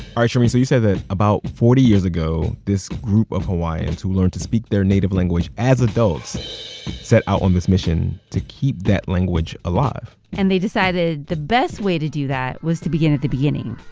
ah shereen. so you said that about forty years ago, this group of hawaiians who learned to speak their native language as adults set out on this mission to keep that language alive and they decided the best way to do that was to begin at the beginning,